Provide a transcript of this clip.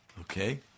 Okay